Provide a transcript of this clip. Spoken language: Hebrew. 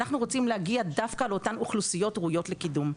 אנחנו רוצים להגיע דווקא לאותן אוכלוסיות ראויות לקידום.